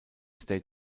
state